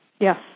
Yes